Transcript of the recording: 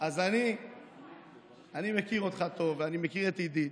אני מכיר אותך טוב ואני מכיר את עידית,